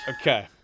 Okay